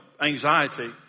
anxiety